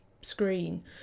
screen